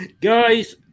guys